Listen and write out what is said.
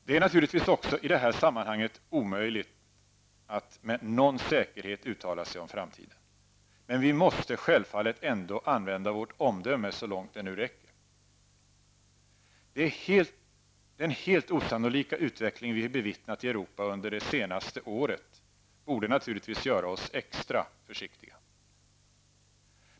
Det är naturligtvis också i det här sammanhanget omöjligt att med någon säkerhet uttala sig om framtiden. Men vi måste självfallet ändå använda vårt omdöme, så långt det nu räcker. Den helt osannolika utveckling vi bevittnat i Europa under det senaste året borde naturligtvis göra oss extra försiktiga.